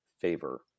favor